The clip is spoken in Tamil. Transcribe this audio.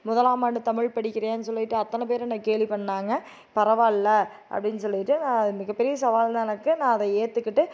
முதலாம் ஆண்டு தமிழ் படிக்கிறீயான்னு சொல்லிவிட்டு அத்தனை பேரும் என்ன கேலி பண்ணாங்க பரவாயில்ல அப்படின்னு சொல்லிவிட்டு மிகப்பெரிய சவால் தான் எனக்கு நான் அதை ஏற்றுக்கிட்டு